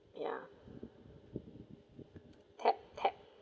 ya tap tap